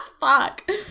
Fuck